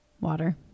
Water